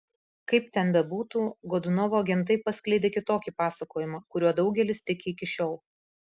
kaip ten bebūtų godunovo agentai paskleidė kitokį pasakojimą kuriuo daugelis tiki iki šiol